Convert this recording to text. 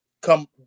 come